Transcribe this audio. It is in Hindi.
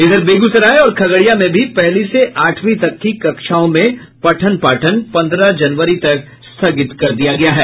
इधर बेगूसराय और खगड़िया में भी पहली से आठवीं तक की कक्षाओं में पठन पाठन पन्द्रह जनवरी तक स्थगित कर दिया गया है